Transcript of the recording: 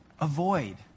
avoid